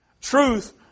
Truth